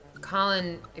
Colin